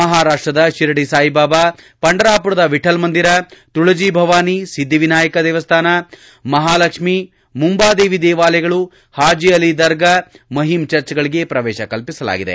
ಮಹಾರಾಷ್ಸದ ಶಿರಡಿ ಸಾಯಿಬಾಬಾ ಪಂಡರಾಪುರದ ವಿಠಲ್ಮಂದಿರ ತುಳಜಿ ಭವಾನಿ ಸಿದ್ದಿವಿನಾಯಕ ದೇವಸ್ಥಾನ ಮಹಾಲಕ್ಷ್ಮೀ ಮುಂಬಾದೇವಿ ದೇವಾಲಯಗಳು ಹಾಜಿ ಅಲಿ ದರ್ಗಾ ಮಹಿಮ್ ಚರ್ಚ್ಗಳಿಗೆ ಪ್ರವೇತ ಕಲ್ಪಿಸಲಾಗಿದೆ